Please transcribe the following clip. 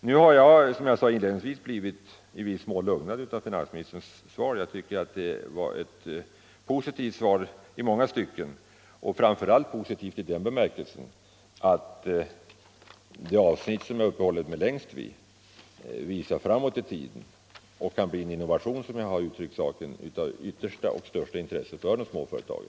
Nu har jag, som jag sade inledningsvis, blivit i viss mån lugnad av finansministerns svar. Jag tycker att det var ett positivt svar i många stycken. Framför allt var det positivt i den bemärkelsen att det avsnitt som jag längst har uppehållit mig vid visar framåt i tiden och kan bli en innovation, som jag har uttryckt saken, av största intresse för småföretagen.